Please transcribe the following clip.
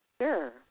Sure